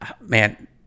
man